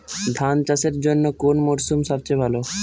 ধান চাষের জন্যে কোন মরশুম সবচেয়ে ভালো?